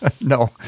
No